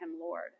Lord